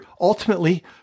ultimately